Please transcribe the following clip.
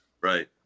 right